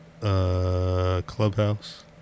clubhouse